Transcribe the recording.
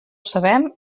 sabem